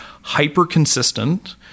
hyper-consistent